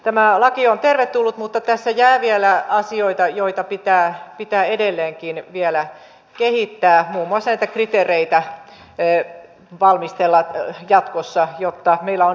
tämä laki on tervetullut mutta tässä jää vielä asioita joita pitää edelleenkin vielä kehittää muun muassa näitä kriteereitä valmistella jatkossa jotta meillä on selkeät pelisäännöt tähän omaishoitotilanteeseen